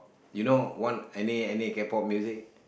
you know one any any K-pop music